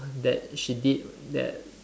that she did that